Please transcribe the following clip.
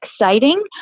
exciting